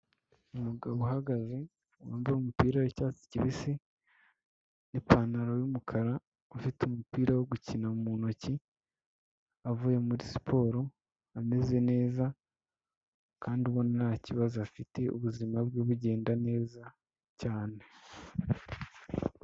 Umugabo uhagaze wambaye umupira w'icyatsi kibisi n'ipantaro y'umukara, ufite umupira wo gukina mu ntoki avuye muri siporo ameze neza kandi ubona nta kibazo afite ,ubuzima bwe bugenda neza cyane.